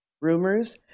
rumors